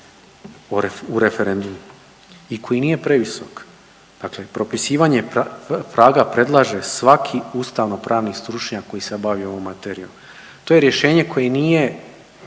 u referendumu i koji nije previsok. Dakle, propisivanje praga predlaže svaki ustavno-pravni stručnjak koji se bavi ovom materijom. To je rješenje koje nije